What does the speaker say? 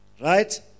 right